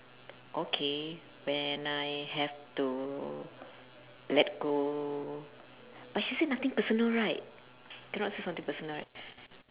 okay when I have to let go but she said nothing personal right cannot say something personal right